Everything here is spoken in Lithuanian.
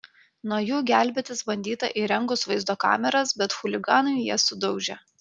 nuo jų gelbėtis bandyta įrengus vaizdo kameras bet chuliganai jas sudaužė